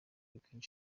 bikwiye